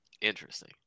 Interesting